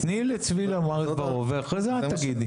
תני לצבי לומר את דברו ואחרי זה את תגידי.